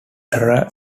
terror